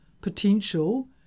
potential